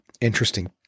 interesting